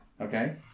Okay